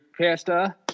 pasta